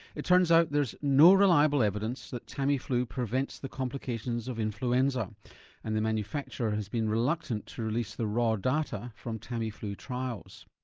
it turns out there's no reliable evidence that tamiflu prevents the complications of influenza and the manufacturer has been reluctant to release the raw data from tamiflu trials.